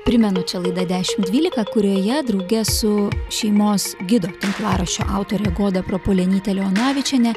primenu čia laida dešim dvylika kurioje drauge su šeimos gido tinklaraščio autorė goda prapuolenytė leonavičienė